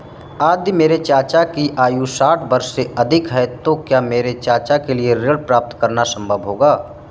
यदि मेरे चाचा की आयु साठ वर्ष से अधिक है तो क्या मेरे चाचा के लिए ऋण प्राप्त करना संभव होगा?